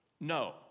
no